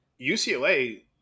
UCLA –